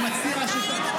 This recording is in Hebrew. זה מעשה כשפים.